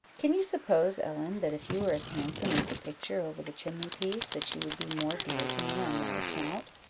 can you suppose, ellen, that if you were as handsome as the picture over the chimney-piece, that you would be more dear to me on that account,